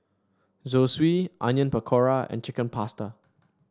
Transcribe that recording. Zosui Onion Pakora and Chicken Pasta